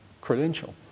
credential